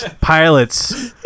pilots